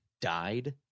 died